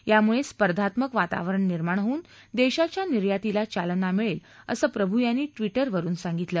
यामुळे स्पर्धात्मक वातावरण निर्माण होऊन देशाच्या निर्यांतीला चालना मिळेल असं प्रभू यांनी ट्विटरवरून सांगितलं